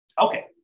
Okay